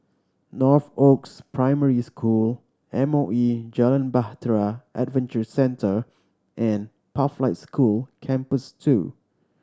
Northoaks Primary School M O E Jalan Bahtera Adventure Centre and Pathlight School Campus Two